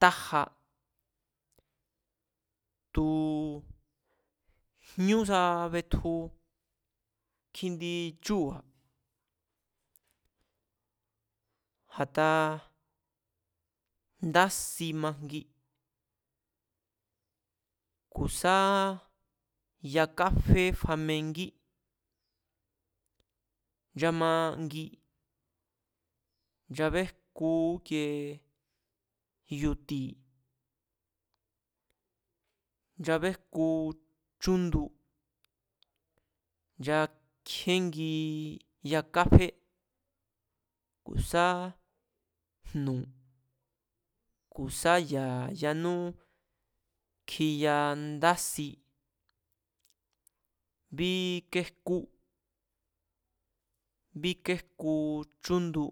Tája, tu̱ jñusa betju kjindi chúu̱ba̱, a̱taa dá si majngi ku̱ sá yakafé famengí, nchamangi nchabéjku íkiee yu̱ti̱ nchabéjku chúndu, nchakjíéngi yakáfé, ku̱ sá jnu̱ ku̱ sá ya̱ yanú kjiya ndási, bíkejkú bíkéjku chúndu,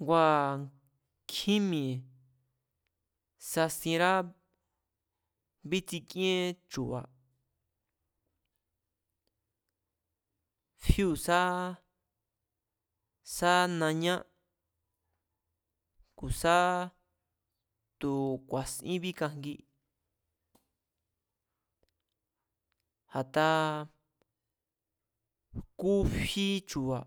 ngua̱ nkjín mi̱e̱ sasienrá bítsikíén chu̱ba̱, fíu̱ sá sá nañá ku̱ sá tu̱ ku̱a̱sín bíkajngi, a̱taa jkú fí chu̱ba̱